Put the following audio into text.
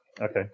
Okay